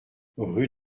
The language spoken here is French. rue